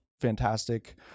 fantastic